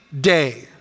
day